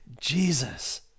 Jesus